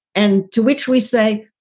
and to which we say.